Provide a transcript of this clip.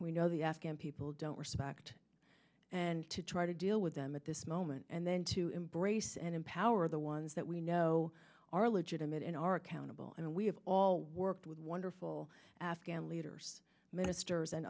we know the afghan people don't respect and to try to deal with them at this moment and then to embrace and empower the ones that we know are legitimate and are accountable and we have all worked with wonderful afghan leaders ministers and